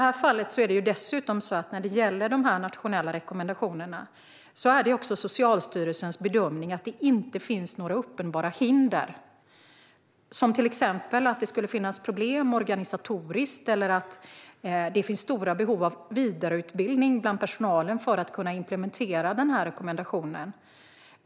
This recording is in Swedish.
När det gäller de nationella rekommendationerna är det Socialstyrelsens bedömning att det inte finns några uppenbara hinder, till exempel organisatoriska problem eller stora behov av vidareutbildning bland personalen för att implementera rekommendationerna.